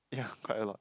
ya quite a lot